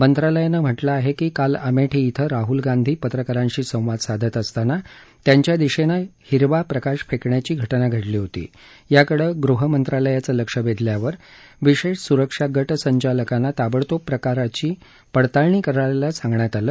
मंत्रालयानं म्हटलं आहे की काल अमेठी इथं राह्ल गांधी पत्रकारांशी संवाद साधत असताना त्यांच्या दिशेनं हिरवा प्रकाश फेकण्याची घटना घडली होती याकडे गृह मंत्रालयाचं लक्ष वेधल्यावर विशेष सुरक्षा गट संचालकांना ताबडतोब प्रकाराची पडताळणी करायला सांगितलं